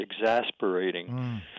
Exasperating